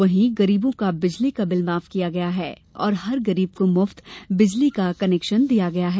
वहीं गरीबों का बिजली का बिल माफ किया गया है और हर गरीब को मुफ्त बिजली का कनेक्शन दिया गया है